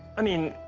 i mean,